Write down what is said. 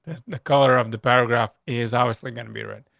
the color of the paragraph is obviously going to be ready.